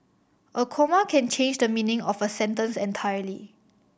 a comma can change the meaning of a sentence entirely